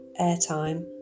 airtime